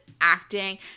acting